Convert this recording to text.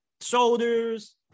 shoulders